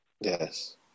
Yes